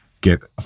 get